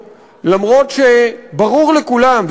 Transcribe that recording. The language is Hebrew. אף-על-פי שברור לכולם,